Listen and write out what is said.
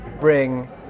bring